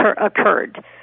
occurred